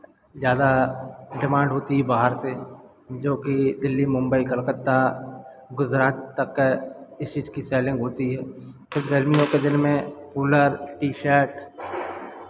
ज़्यादा डिमांड होती है बाहर से जोकि दिल्ली मुंबई कोलकाता गुज़रात तक का इस चीज़ की सेलिंग होती है फिर गर्मियों के दिन में कूलर टी शर्ट